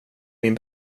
min